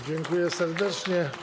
Dziękuję serdecznie.